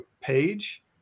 page